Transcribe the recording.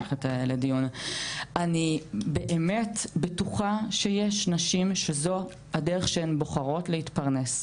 אני באמת בטוחה שיש נשים שזו הדרך שהן בוחרות להתפרנס.